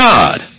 God